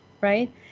right